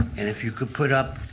and if you could put up.